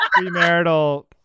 premarital